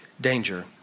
danger